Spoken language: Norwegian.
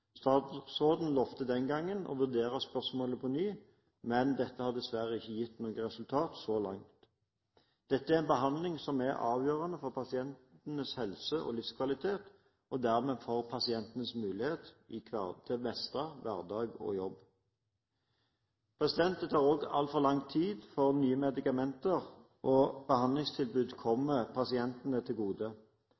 Statsråden lovte den gangen å vurdere spørsmålet på ny, men dette har dessverre ikke gitt noe resultat så langt. Dette er en behandling som er avgjørende for pasientenes helse og livskvalitet, og dermed for pasientenes mulighet til å mestre hverdag og jobb. Det tar også altfor lang tid før nye medikamenter og behandlingstilbud